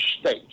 state